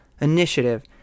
initiative